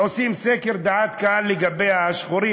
ועושים סקר דעת קהל לגבי השחורים,